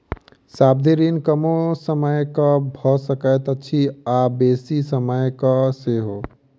सावधि ऋण कमो समयक भ सकैत अछि आ बेसी समयक सेहो